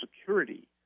security